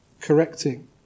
Correcting